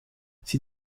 sie